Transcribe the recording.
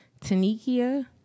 Tanikia